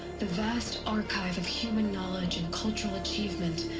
the vast archive of human knowledge and cultural achievement.